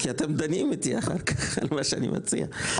כי אתם דנים איתי אחר כך על מה שאני מציע.